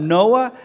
Noah